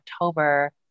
October